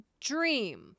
dream